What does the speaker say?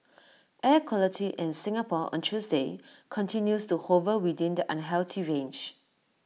air quality in Singapore on Tuesday continues to hover within the unhealthy range